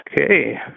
Okay